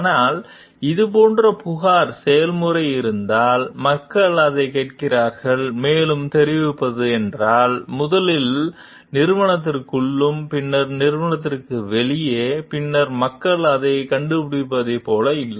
ஆனால் இது போன்ற புகார் செயல்முறை இருந்தால் மக்கள் அதைக் கேட்கிறார்கள் மேலும் தெரிவிப்பது என்றால் முதலில் நிறுவனத்திற்குள்ளும் பின்னர் நிறுவனத்திற்கு வெளியே பின்னர் மக்கள் அதைக் கண்டிப்பதைப் போல இல்லை